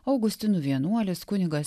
augustinų vienuolis kunigas